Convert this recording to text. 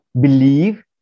believe